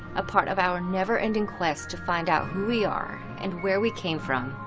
a part of our never-ending quest to find out who we are and where we came from,